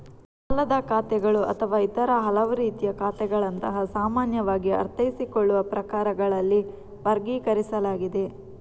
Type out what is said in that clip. ಸಾಲದ ಖಾತೆಗಳು ಅಥವಾ ಇತರ ಹಲವು ರೀತಿಯ ಖಾತೆಗಳಂತಹ ಸಾಮಾನ್ಯವಾಗಿ ಅರ್ಥೈಸಿಕೊಳ್ಳುವ ಪ್ರಕಾರಗಳಲ್ಲಿ ವರ್ಗೀಕರಿಸಲಾಗಿದೆ